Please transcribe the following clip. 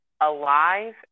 alive